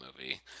movie